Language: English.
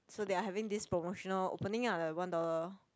so they're having this promotional opening lah the one dollar